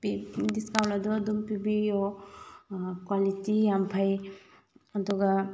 discount ꯑꯗꯣ ꯑꯗꯨꯝ ꯄꯤꯕꯤꯌꯣ ꯀ꯭ꯋꯥꯂꯤꯇꯤ ꯌꯥꯝ ꯐꯩ ꯑꯗꯨꯒ